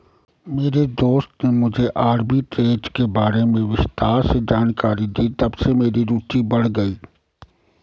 मेरे दोस्त ने मुझे आरबी ट्रेज़ के बारे में विस्तार से जानकारी दी तबसे मेरी रूचि बढ़ गयी